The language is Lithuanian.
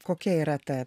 kokia yra ta